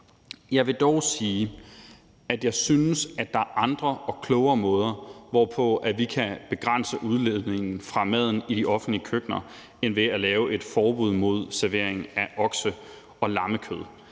Jeg vil dog sige, at jeg synes, at der er andre og klogere måder, hvorpå vi kan begrænse udledningen fra maden i de offentlige køkkener, end ved at lave et forbud mod servering af oksekød og lammekød.